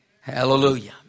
Hallelujah